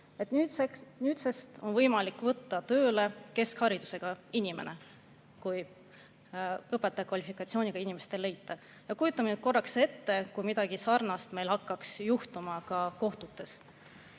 nüüdsest on võimalik võtta tööle keskharidusega inimene, kui õpetaja kvalifikatsiooniga inimest ei leita. Kujutame nüüd korraks ette, kui midagi sarnast meil hakkaks juhtuma ka kohtutes.